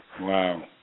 Wow